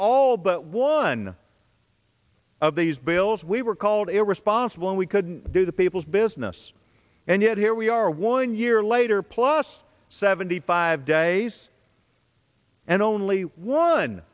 all but one of these bills we were called irresponsible and we couldn't do the people's business and yet here we are one year later plus seventy five days and only one